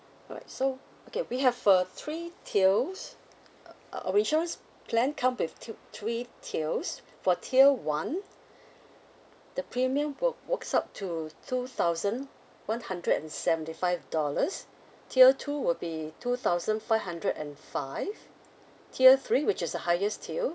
alright so okay we have a three tiers uh our insurance plan come with two three tiers for tier one the premium will works up to two thousand one hundred and seventy five dollars tier two will be two thousand five hundred and five tier three which is the highest tier